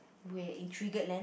we're in triggered land